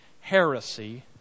heresy